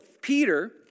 Peter